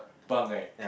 bunk right